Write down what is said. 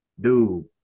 Dude